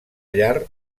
llar